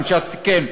עם ש"ס הוא סיכם,